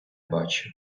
бачу